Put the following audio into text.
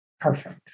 Perfect